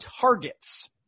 targets